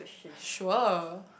sure